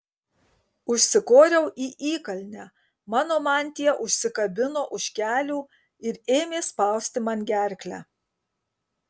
užsikoriau į įkalnę mano mantija užsikabino už kelių ir ėmė spausti man gerklę